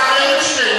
השר אדלשטיין,